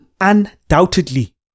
undoubtedly